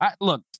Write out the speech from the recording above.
Look